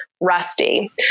rusty